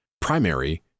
primary